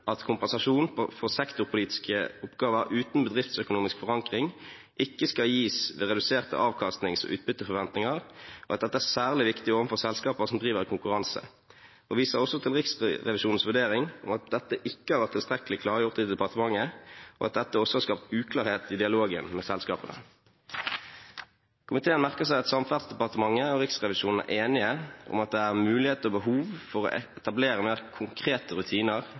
at kompensasjon for sektorpolitiske oppgaver uten bedriftsøkonomisk forankring ikke skal gis ved reduserte avkastnings- og utbytteforventninger, og at dette er særlig viktig overfor selskaper som driver i konkurranse. Komiteen viser også til Riksrevisjonens vurdering om at dette ikke har vært tilstrekkelig klargjort i departementet, og at dette også har skapt uklarhet i dialogen med selskapene. Komiteen merker seg at Samferdselsdepartementet og Riksrevisjonen er enige om at det er mulighet og behov for å etablere mer konkrete rutiner